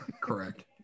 correct